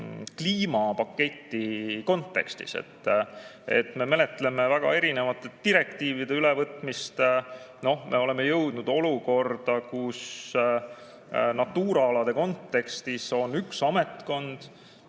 kliimapaketi kontekstis. Me menetleme väga erinevate direktiivide ülevõtmist. Me oleme jõudnud olukorda, kus Natura alade kontekstis on üks ametkond